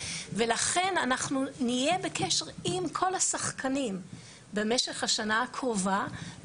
ולכן אנחנו נהיה בקשר עם כל השחקנים במשך השנה הקרובה.